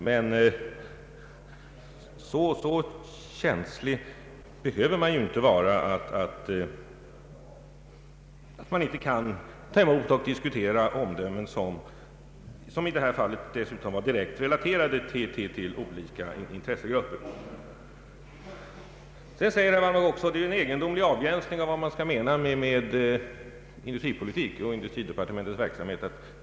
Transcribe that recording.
Men så känslig behöver man ju inte vara att man inte kan ta emot och diskutera omdömen som dessutom i detta fall var direkt relaterade till olika intressegrupper. Sedan säger herr Wallmark att det är en egendomlig avgränsning av vad man skall mena med industripolitik och industridepartementets verksamhet.